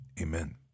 amen